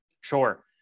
Sure